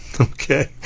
okay